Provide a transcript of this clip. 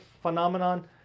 phenomenon